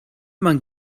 man